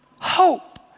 hope